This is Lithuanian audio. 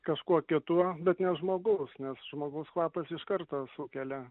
kažkuo kituo bet ne žmogaus nes žmgauso kvapas iš karto sukelia